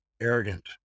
arrogant